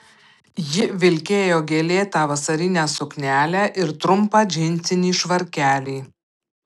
ji vilkėjo gėlėtą vasarinę suknelę ir trumpą džinsinį švarkelį